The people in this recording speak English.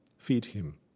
feed him.